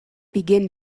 begin